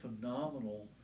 phenomenal